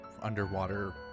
underwater